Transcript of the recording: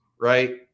right